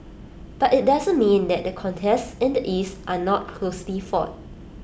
but IT doesn't mean that the contests in the east are not closely fought